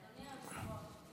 אדוני היושב-ראש,